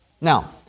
Now